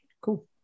cool